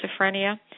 schizophrenia